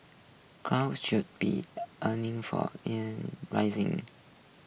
should be only for rising